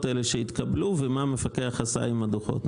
האלה שהתקבלו ומה המפקח עשה עם הדוחות,